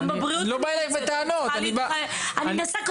אני לא באה אליך בטענות --- אני מנסה,